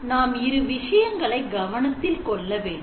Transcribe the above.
நாம் இரு விஷயங்களை கவனத்தில் கொள்ள வேண்டும்